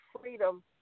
freedom